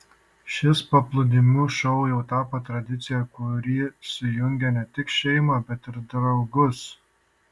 šis paplūdimių šou jau tapo tradicija kuri sujungia ne tik šeimą bet ir draugus